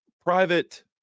private